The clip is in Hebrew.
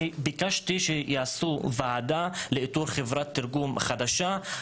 ביקשתי שיעשו ועדה לאיתור חברת תרגום חדשה.